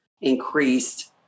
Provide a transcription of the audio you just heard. increased